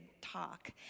talk